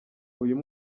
uyu